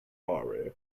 bari